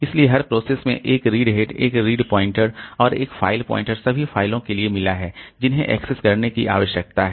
इसलिए हर प्रोसेस में एक रीड हेड एक रीड पॉइंटर और एक फाइल पॉइंटर सभी फाइलों के लिए मिला है जिन्हें एक्सेस करने की आवश्यकता है